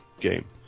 game